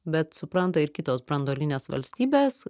bet supranta ir kitos branduolinės valstybės